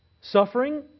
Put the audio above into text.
Suffering